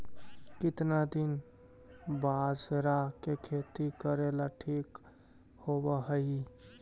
केतना दिन बाजरा के खेती करेला ठिक होवहइ?